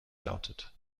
lautet